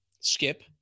skip